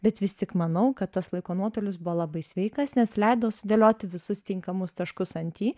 bet vis tik manau kad tas laiko nuotolis buvo labai sveikas nes leido sudėlioti visus tinkamus taškus ant i